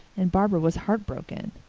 and barbara was heartbroken.